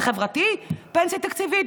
זה חברתי, פנסיה תקציבית?